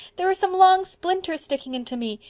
there are some long splinters sticking into me.